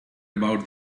about